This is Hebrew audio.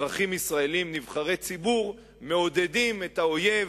שמסוגלת גם לשמוע כאן אזרחים ישראלים נבחרי ציבור מעודדים את האויב,